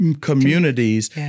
communities